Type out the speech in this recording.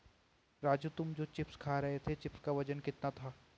राजू तुम जो चिप्स खा रहे थे चिप्स का वजन कितना था?